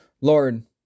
Lord